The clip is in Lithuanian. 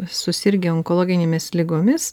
susirgę onkologinėmis ligomis